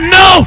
no